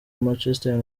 manchester